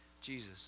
Jesus